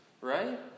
right